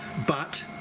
but